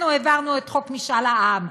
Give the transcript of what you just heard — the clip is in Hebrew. העברנו את חוק משאל עם,